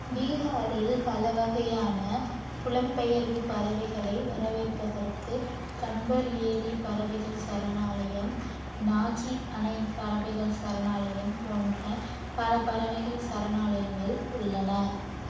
பீகாரில் பல வகையான புலம்பெயர்வுப் பறவைகளை வரவேற்பதற்கு கன்வர் ஏரி பறவைகள் சரணாலயம் நாகி அணை பறவைகள் சரணாலயம் போன்ற பல பறவைகள் சரணாலயங்கள் உள்ளன